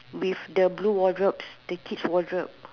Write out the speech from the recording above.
with the blue wardrobes the kids wardrobe